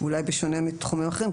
אולי בשונה מתחומים אחרים,